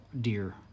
deer